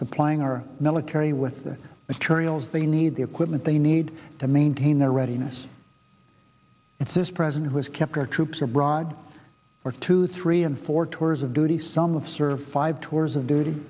supplying our military with the materials they need the equipment they need to maintain their readiness and this president has kept our troops abroad or two three and four tours of duty some of served five tours of duty